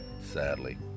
sadly